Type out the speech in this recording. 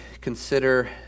consider